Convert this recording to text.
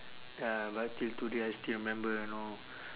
ya but till today I still remember you know